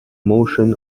motion